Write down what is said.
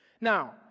Now